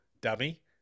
dummy